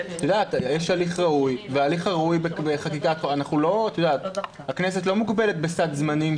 נעקוב אחרי כל אחד ונראה מי שעובר את ה-101.5%,